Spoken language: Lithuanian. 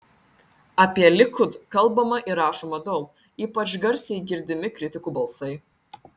apie likud kalbama ir rašoma daug ypač garsiai girdimi kritikų balsai